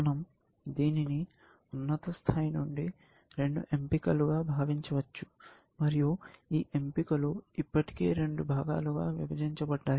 మన০ దీనిని ఉన్నత స్థాయి నుండి రెండు ఎంపికలుగా భావించవచ్చు మరియు ఈ ఎంపికలు ఇప్పటికే రెండు భాగాలుగా విభజించబడ్డాయి